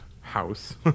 house